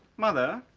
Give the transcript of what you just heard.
mother?